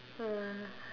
ah